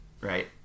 right